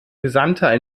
gesandter